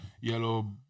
yellow